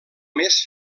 més